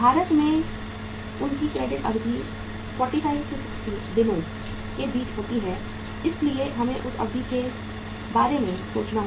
भारत में उनकी क्रेडिट अवधि 45 60 दिनों के बीच होती है इसलिए हमें उस अवधि के बारे में सोचना होगा